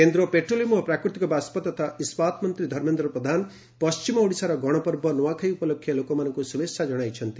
କେନ୍ଦ୍ର ପେଟ୍ରୋଲିୟମ ଓ ପ୍ରାକୃତିକ ବାଷ୍କ ତଥା ଇସ୍କାତ ମନ୍ତ୍ରୀ ଧର୍ମେନ୍ଦ୍ର ପ୍ରଧାନ ପଣ୍ଟିମ ଓଡ଼ିଶାର ଗଣପର୍ବ ନୂଆଖାଇ ଉପଲକ୍ଷେ ଲୋକମାନଙ୍କୁ ଶୁଭେଚ୍ଛା ଜଣାଇଛନ୍ତି